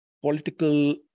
political